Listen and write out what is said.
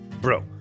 bro